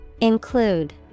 Include